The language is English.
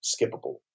skippable